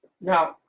Now